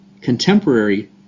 contemporary